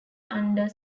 under